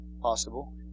Possible